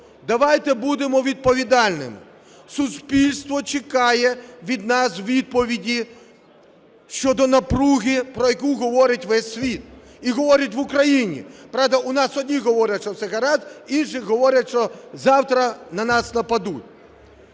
давайте будемо відповідальними. Суспільство чекає від нас відповіді щодо напруги, про яку говорить весь світ і говорять в Україні. Правда, у нас одні говорять, що все гаразд, інші говорять, що завтра на нас нападуть.